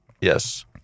yes